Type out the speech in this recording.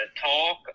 talk